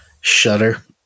Shudder